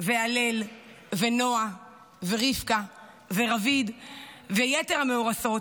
והלל ונועה ורבקה ורביד ויתר המאורסות,